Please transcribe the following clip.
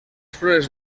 flores